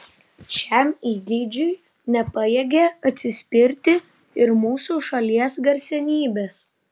šiam įgeidžiui nepajėgė atsispirti ir mūsų šalies garsenybės